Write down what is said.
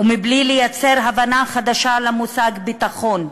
ובלי לייצר הבנה חדשה למושג ביטחון,